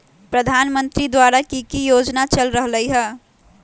प्रधानमंत्री द्वारा की की योजना चल रहलई ह?